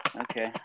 Okay